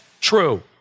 true